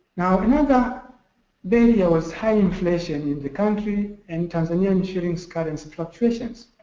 now, another barrier was high inflation in the country and tanzania and shillings currency fluctuations.